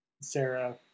Sarah